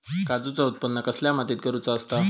काजूचा उत्त्पन कसल्या मातीत करुचा असता?